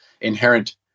inherent